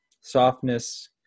Softness